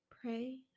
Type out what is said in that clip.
Pray